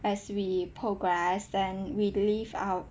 as we progress then we leave out